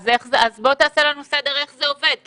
אז בוא תעשה לנו סדר איך זה עובד כי